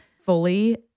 fully